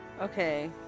Okay